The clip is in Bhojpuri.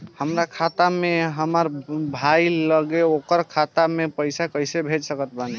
हमार खाता से हमार भाई लगे ओकर खाता मे पईसा कईसे भेज सकत बानी?